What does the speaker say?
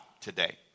today